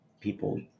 people